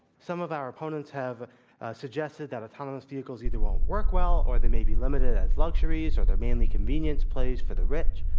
some of our opponents have suggested that autonomous vehicles either won't work well, or they may be limited as luxuries, or they're mainly convenience plays for the rich.